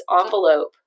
envelope